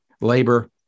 labor